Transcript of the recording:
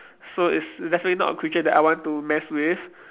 so it's definitely not a creature that I want to mess with